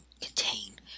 contain